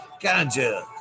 Ganja